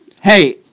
Hey